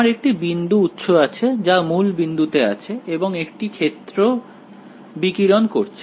আমার একটি বিন্দু উৎস আছে যা মূলবিন্দুতে আছে এবং একটি ক্ষেত্র বিকিরণ করছে